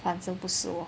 反正不是我